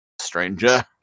stranger